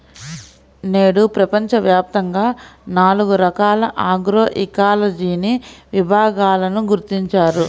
నేడు ప్రపంచవ్యాప్తంగా నాలుగు రకాల ఆగ్రోఇకాలజీని విభాగాలను గుర్తించారు